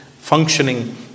functioning